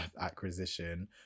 acquisition